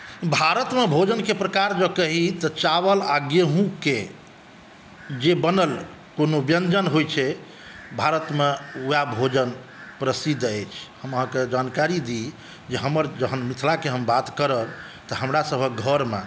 भारतमे भोजनके जँ प्रकार जँ कही तऽ चावल आ गेहूॅंके जे बनल कोनो व्यञ्जन होइ छै भारतमे वएह भोजन प्रसिद्ध अछि हम अहाँकेँ जानकारी दी जे हमर जहन हम मिथिलाके बात करब तऽ हमरा सभक घरमे